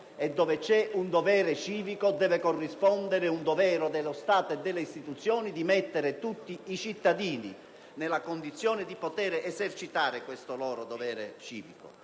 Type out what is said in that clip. E dove c'è un dovere civico deve corrispondere un dovere dello Stato e delle istituzioni di mettere tutti i cittadini nella condizione di poter esercitare questo loro dovere civico.